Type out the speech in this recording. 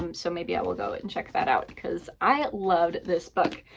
um so maybe i will go and check that out because i had loved this book.